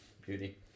Beauty